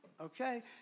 okay